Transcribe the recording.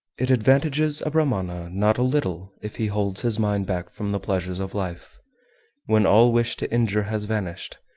it advantages a brahmana not a little if he holds his mind back from the pleasures of life when all wish to injure has vanished,